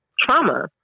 trauma